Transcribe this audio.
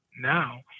now